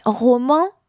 roman